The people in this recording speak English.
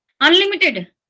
unlimited